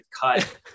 cut